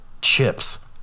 chips